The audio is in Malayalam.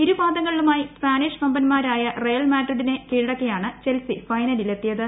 ഇരുപാദങ്ങളിലുമായി സ്പാനിഷ് വമ്പൻമാരായ റയൽ മാഡ്രിഡിനെ കീഴടക്കിയാണ് ചെൽസി ഫൈനലിൽ എത്തിയത്